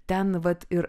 ten vat ir